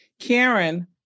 Karen